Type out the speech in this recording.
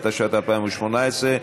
התשע"ט 2018,